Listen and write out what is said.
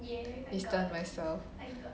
distance myself